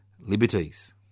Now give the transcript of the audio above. liberties